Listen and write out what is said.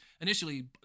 initially